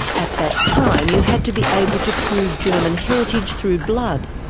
at that time you had to be able to prove german heritage through blood.